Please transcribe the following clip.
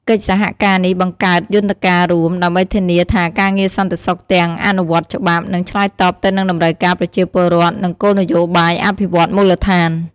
កិច្ចសហការនេះបង្កើតយន្តការរួម ដើម្បីធានាថាការងារសន្តិសុខទាំងអនុវត្តច្បាប់ និងឆ្លើយតបទៅនឹងតម្រូវការប្រជាពលរដ្ឋ និងគោលនយោបាយអភិវឌ្ឍន៍មូលដ្ឋាន។